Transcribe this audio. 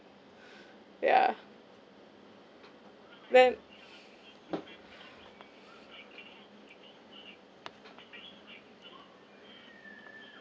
yeah then